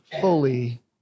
fully